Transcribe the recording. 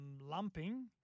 lumping